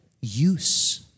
use